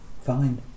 fine